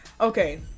Okay